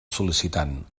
sol·licitant